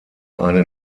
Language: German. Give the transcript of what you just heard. eine